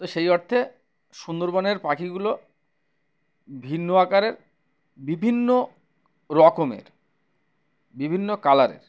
তো সেই অর্থে সুন্দরবনের পাখিগুলো ভিন্ন আকারের বিভিন্ন রকমের বিভিন্ন কালারের